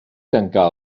tancar